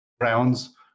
rounds